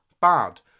bad